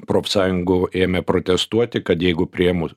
profsąjungų ėmė protestuoti kad jeigu priėmus